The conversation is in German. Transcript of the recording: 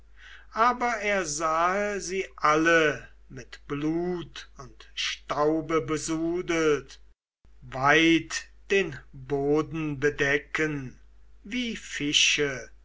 aber er sahe sie alle mit blut und staube besudelt weit den boden bedecken wie fische